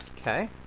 Okay